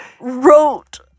wrote